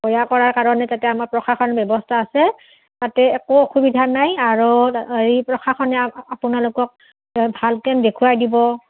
বেয়া কৰাৰ কাৰণে তাতে আমাৰ প্ৰশাসন ব্যৱস্থা আছে তাতে একো অসুবিধা নাই আৰু হেৰি প্ৰশাসনে আপোনালোকক ভালকৈ দেখুৱাই দিব